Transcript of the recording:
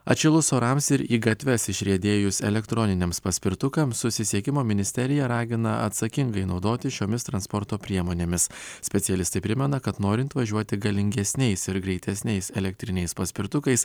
atšilus orams ir į gatves išriedėjus elektroniniams paspirtukams susisiekimo ministerija ragina atsakingai naudotis šiomis transporto priemonėmis specialistai primena kad norint važiuoti galingesniais ir greitesniais elektriniais paspirtukais